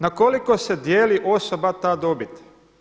Na koliko se dijeli osoba ta dobit?